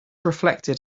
reflected